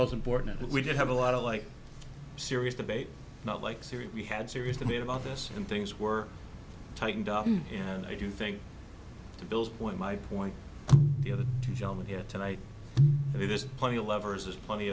most important what we did have a lot of like serious debate not like syria we had serious debate about this and things were tightened up and i do think to bill's point my point the other gentleman here tonight there's plenty of levers there's plenty